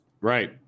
Right